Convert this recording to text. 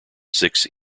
six